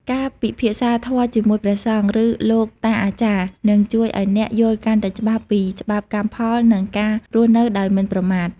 ការពិភាក្សាធម៌ជាមួយព្រះសង្ឃ ឬលោកតាអាចារ្យ នឹងជួយឱ្យអ្នកយល់កាន់តែច្បាស់ពីច្បាប់កម្មផល និងការរស់នៅដោយមិនប្រមាថ។